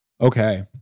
Okay